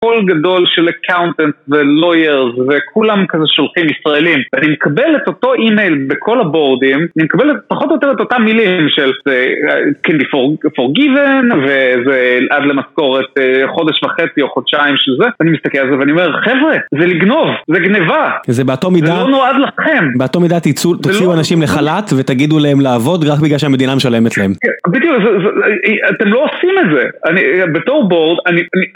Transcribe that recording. כל גדול של אקקאונטים ולואיירס וכולם כזה שולחים ישראלים אני מקבל את אותו אימייל בכל הבורדים אני מקבל פחות או יותר את אותם מילים של It can be forgiven וזה עד למשכורת חודש וחצי או חודשיים של זה אני מסתכל על זה ואני אומר חבר'ה זה לגנוב, זה גניבה זה לא נועד לכם זה באותו מידה תוציאו אנשים לחל״ת ותגידו להם לעבוד רק בגלל שהמדינה משלמת להם. בדיוק, אתם לא עושים את זה אני בתור בורד, אני.. אה..